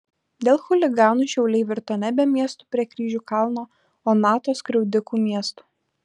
dėl chuliganų šiauliai virto nebe miestu prie kryžių kalno o nato skriaudikų miestu